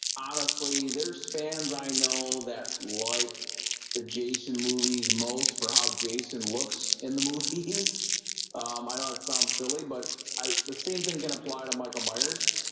honestly, there's fans i know that like the jason movies most for how jason looks in the movies um i ah know it sounds silly. but i the same thing can apply to michael myers